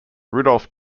rudolph